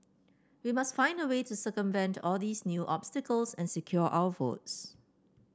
we must find a way to circumvent all these new obstacles and secure our votes